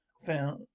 Found